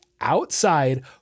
outside